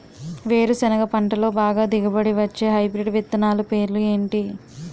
వేరుసెనగ పంటలో బాగా దిగుబడి వచ్చే హైబ్రిడ్ విత్తనాలు పేర్లు ఏంటి?